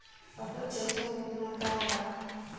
Atal pension Yojana का ह?